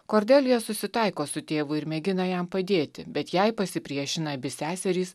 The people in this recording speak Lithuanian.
kordelija susitaiko su tėvu ir mėgina jam padėti bet jai pasipriešina abi seserys